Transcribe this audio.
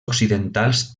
occidentals